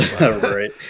Right